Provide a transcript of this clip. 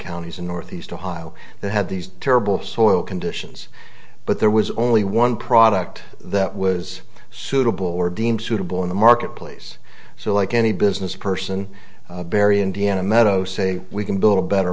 counties in northeast ohio that had these terrible soil conditions but there was only one product that was suitable were deemed suitable in the marketplace so like any business person barry indiana meadow say we can build a better